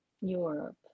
Europe